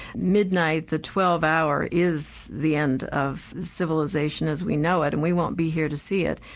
midnight, the twelve hour, is the end of civilisation as we know it and we won't be here to see it.